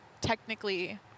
technically